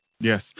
Yes